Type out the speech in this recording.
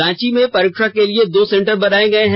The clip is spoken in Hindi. रांची में परीक्षा के लिए दो सेंटर बनाए गए हैं